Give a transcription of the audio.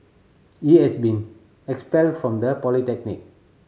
he has been expelled from the polytechnic